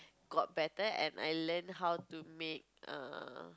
got better and I learn how to make err